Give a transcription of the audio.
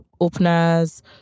openers